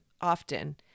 often